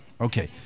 okay